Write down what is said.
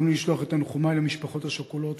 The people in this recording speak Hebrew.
וברצוני לשלוח את תנחומי למשפחות השכולות